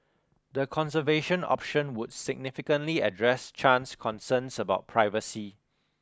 the conservation option would significantly address Chan's concerns about privacy